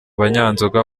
banyanzoga